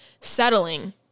settling